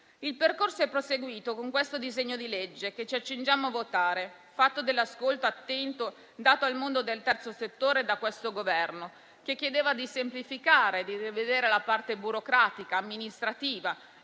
Il percorso è proseguito con questo disegno di legge che ci accingiamo a votare, fatto dell'ascolto attento dato da questo Governo al mondo del terzo settore, che chiedeva di semplificare, di rivedere la parte burocratica ed amministrativa.